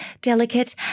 delicate